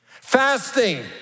Fasting